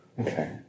Okay